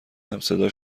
همصدا